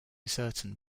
certain